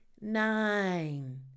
nine